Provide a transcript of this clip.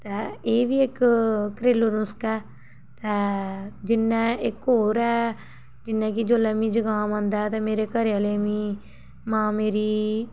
ते एह् बी इक घरेलू नुस्का ऐ ते जिन्ना इक होर ऐ जिन्ने कि जोल्लै मि जकाम आंदा ऐ ते मेरे घरै आह्ले मि मां मेरी